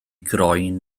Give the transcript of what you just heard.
groen